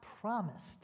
promised